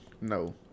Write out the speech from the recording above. No